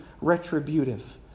retributive